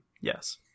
Yes